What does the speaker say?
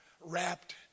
wrapped